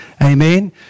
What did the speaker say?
Amen